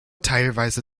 teilweise